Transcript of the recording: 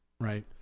Right